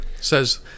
says